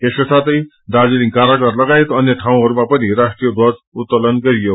यसका साथै दार्जीलिङ कारागार लागायत अन्य ठाउँहरूमा पनि राष्ट्रिय ध्वज उत्तोलन गरियो